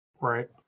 Right